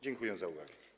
Dziękuję za uwagę.